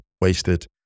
wasted